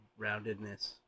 roundedness